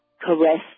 caress